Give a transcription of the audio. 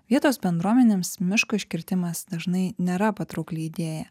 vietos bendruomenėms miško iškirtimas dažnai nėra patraukli idėja